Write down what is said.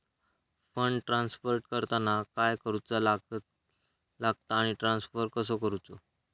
Fund transfer करताना काय करुचा लगता आनी ट्रान्स्फर कसो करूचो?